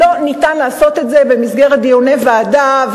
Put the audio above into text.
אי-אפשר לעשות את זה במסגרת דיוני ועדה,